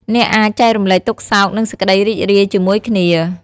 អ្នកអាច ចែករំលែកទុក្ខសោក និងសេចក្ដីរីករាយ ជាមួយគ្នា។